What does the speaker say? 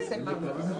נעשה מאמץ.